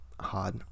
Hard